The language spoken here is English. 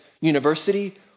university